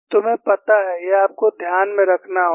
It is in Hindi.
तुम्हें पता है यह आपको ध्यान में रखना होगा